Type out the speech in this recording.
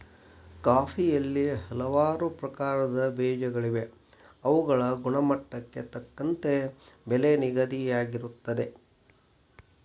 ಕಾಫಿಯಲ್ಲಿ ಹಲವಾರು ಪ್ರಕಾರದ ಬೇಜಗಳಿವೆ ಅವುಗಳ ಗುಣಮಟ್ಟಕ್ಕೆ ತಕ್ಕಂತೆ ಬೆಲೆ ನಿಗದಿಯಾಗಿರುತ್ತದೆ